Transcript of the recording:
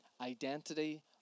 Identity